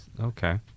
okay